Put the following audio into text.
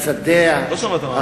לא שמעת.